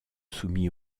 soumis